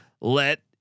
let